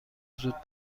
زود